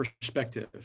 perspective